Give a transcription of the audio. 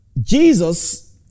Jesus